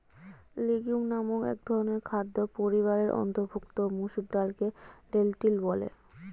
legume নামক একধরনের খাদ্য পরিবারের অন্তর্ভুক্ত মসুর ডালকে লেন্টিল বলে